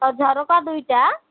ଆଉ ଝରକା ଦୁଇଟା